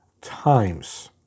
times